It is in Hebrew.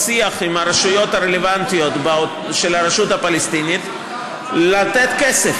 בשיח עם הרשויות הרלוונטיות של הרשות הפלסטינית לתת כסף